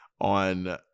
on